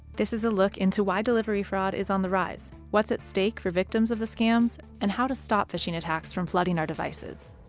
this is a look into why delivery fraud is on the rise, what's at stake for victims of the scams and how to stop phishing attacks from flooding our devices.